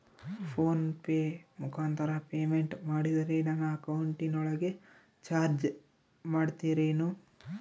Phone pay ಮುಖಾಂತರ payment ಮಾಡಿದರೆ ನನ್ನ ಅಕೌಂಟಿನೊಳಗ ಚಾರ್ಜ್ ಮಾಡ್ತಿರೇನು?